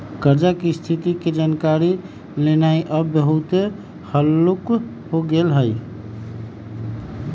कर्जा की स्थिति के जानकारी लेनाइ अब बहुते हल्लूक हो गेल हइ